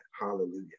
Hallelujah